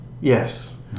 Yes